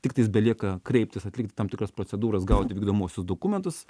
tiktais belieka kreiptis atlikti tam tikras procedūras gauti vykdomuosius dokumentus